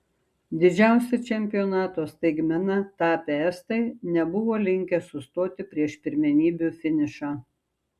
didžiausia čempionato staigmena tapę estai nebuvo linkę sustoti prieš pirmenybių finišą